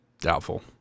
Doubtful